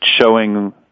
showing